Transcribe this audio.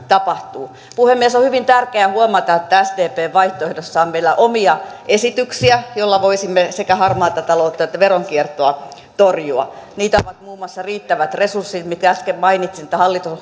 tapahtuu puhemies on hyvin tärkeää huomata että sdpn vaihtoehdossa meillä on omia esityksiä joilla voisimme sekä harmaata taloutta että veronkiertoa torjua niitä ovat muun muassa riittävät resurssit mistä äsken mainitsin että hallitus on